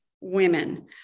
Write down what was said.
women